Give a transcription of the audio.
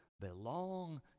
belong